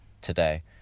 today